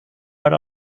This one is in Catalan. per